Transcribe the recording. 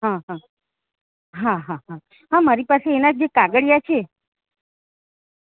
હ હ હા હા હા ના મારી પાસે એના જે કાગળિયાં છે